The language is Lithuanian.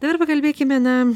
dabar pakalbėkime na